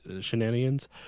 shenanigans